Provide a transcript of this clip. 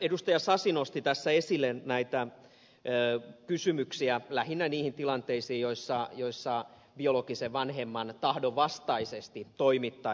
edustaja sasi nosti tässä esille näitä kysymyksiä lähinnä niihin tilanteisiin joissa biologisen vanhemman tahdon vastaisesti toimittaisiin